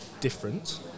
different